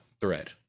thread